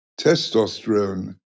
testosterone